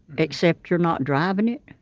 except you're not driving it.